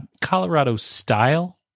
Colorado-style